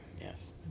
yes